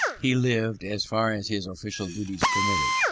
he lived, as far as his official duties permitted,